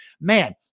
man